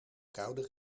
koude